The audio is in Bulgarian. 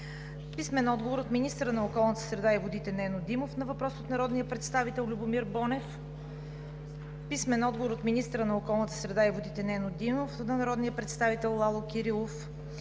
Анна Славова; - министъра на околната среда и водите Нено Димов на въпрос от народния представител Любомир Бонев; - министъра на околната среда и водите Нено Димов на народния представител Лало Кирилов;